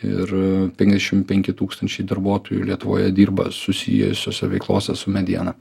ir penkiasdešim penki tūkstančiai darbuotojų lietuvoje dirba susijusiose veiklose su mediena